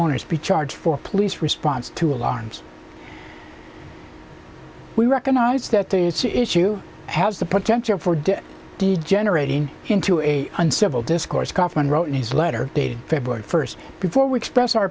owners be charged for police response to alarms we recognise that the issue has the potential for degenerating into a uncivil discourse kaufman wrote in his letter dated february first before we express our